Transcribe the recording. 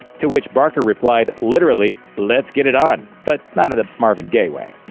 to which barker replied, literally, let's get it on, but not in the marvin gaye way.